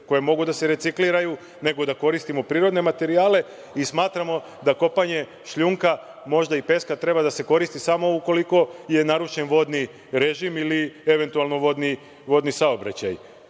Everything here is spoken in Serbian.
koje mogu da se recikliraju, nego da koristimo prirodne materijale, i smatramo da kopanje šljunka, možda i peska treba se da koristi samo ukoliko je narušen vodni režim ili eventualno vodni saobraćaj. Smatramo,